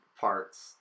parts